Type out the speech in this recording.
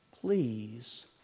Please